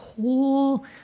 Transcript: whole